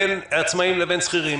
בין העצמאים לבין שכירים.